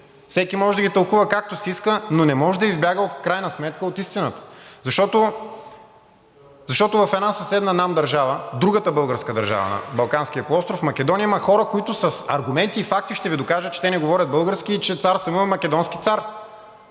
Всеки може да ги тълкува както си иска, но не може да избяга в крайна сметка от истината, защото в една съседна нам държава, другата българска държава на Балканския полуостров – Македония, има хора, които с аргументи и факти ще Ви докажат, че те не говорят български и че цар Самуил е македонски цар.